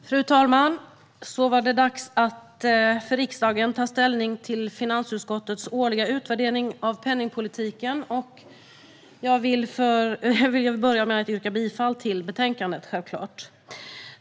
Fru talman! Så var det dags för riksdagen att ta ställning till finansutskottets årliga utvärdering av penningpolitiken, och jag börjar med att yrka bifall till förslaget i betänkandet.